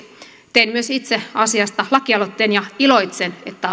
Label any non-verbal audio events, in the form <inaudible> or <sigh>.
tein myös itse asiasta lakialoitteen ja iloitsen että <unintelligible>